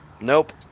Nope